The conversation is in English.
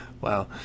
Wow